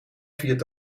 viert